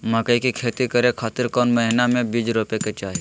मकई के खेती करें खातिर कौन महीना में बीज रोपे के चाही?